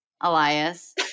Elias